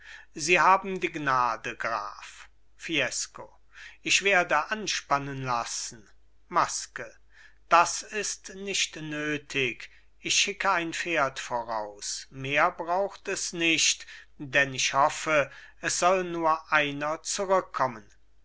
sie haben die gnade graf fiesco ich werde anspannen lassen maske das ist nicht nötig ich schicke ein pferd voraus mehr braucht es nicht denn ich hoffe es soll nur einer zurückkommen